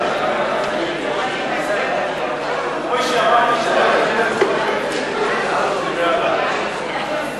ההצעה להעביר את הצעת חוק מבקר המדינה (שינוי סדרי ההצבעה),